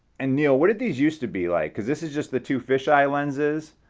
and neil, what did these used to be like because this is just the two fish eye lenses.